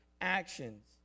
actions